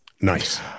Nice